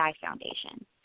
Foundation